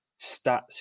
stats